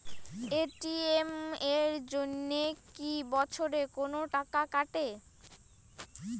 ATM এর জন্যে কি বছরে কোনো টাকা কাটে?